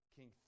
King